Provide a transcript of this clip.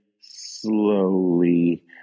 slowly